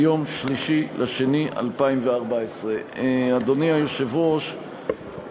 מיום 3 בפברואר 2014. אדוני היושב-ראש,